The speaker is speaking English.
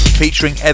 featuring